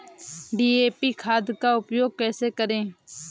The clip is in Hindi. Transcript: डी.ए.पी खाद का उपयोग कैसे करें?